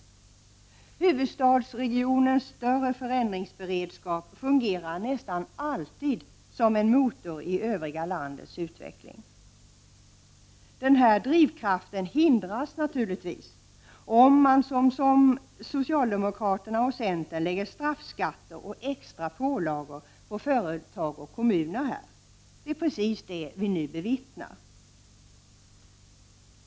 Huvudstadsregionens större förändringsberedskap fungerar nästan alltid som en motor i övriga landets utveckling. Den här drivkraften hindras naturligtvis om man som socialdemokraterna och centern lägger straffskatter och extra pålagor på företag och kommuner här. Det är precis det vi nu bevittnar.